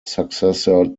successor